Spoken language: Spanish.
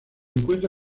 encuentra